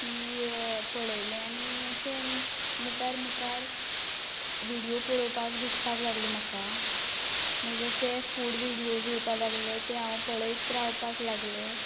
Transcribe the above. ती पळयलें आनी अशें मुखार मुखार व्हिडियो पळोवपाक दिसपाक लागलें म्हाका मागीर जशे फूड व्हिडियोज येवपा लागले ते हांव पळयत रावपाक लागलें